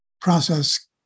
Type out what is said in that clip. process